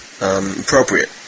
appropriate